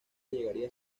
llegaría